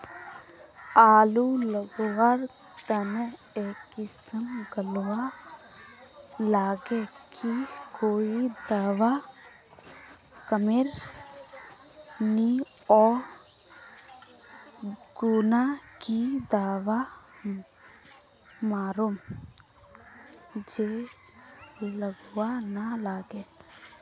आलू लगवार बात ए किसम गलवा लागे की कोई दावा कमेर नि ओ खुना की दावा मारूम जे गलवा ना लागे?